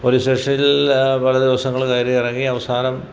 police സ്റ്റേഷനിൽ പല ദിവസങ്ങൾ കയറിയിറങ്ങി അവസാനം